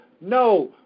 no